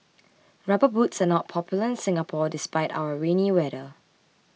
rubber boots are not popular in Singapore despite our rainy weather